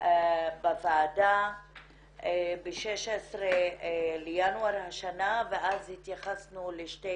בוועדה ב-16 לינואר השנה, ואז התייחסנו לשתי